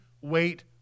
wait